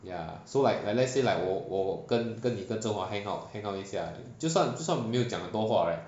ya so like like let's say like 我我跟跟你跟 zheng hua hang out hang out 一下就算就算没有讲很多话 right